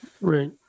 Right